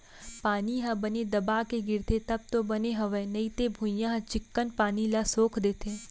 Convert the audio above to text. पानी ह बने दबा के गिरथे तब तो बने हवय नइते भुइयॉं ह चिक्कन पानी ल सोख देथे